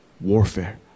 warfare